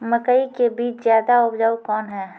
मकई के बीज ज्यादा उपजाऊ कौन है?